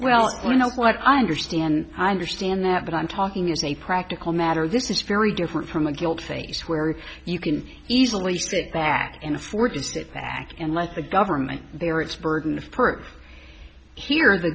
well you know what i understand i understand that but i'm talking as a practical matter this is very different from the guilt phase where you can easily strip back in afford to sit back and let the government there its burden of proof here the